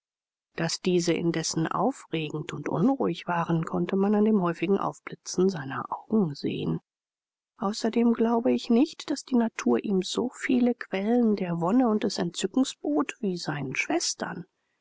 daß diese indessen aufregend und unruhig waren konnte man an dem häufigen aufblitzen seiner augen sehen außerdem glaube ich nicht daß die natur ihm so viele quellen der wonne und des entzückens bot wie seinen schwestern